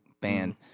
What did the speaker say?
band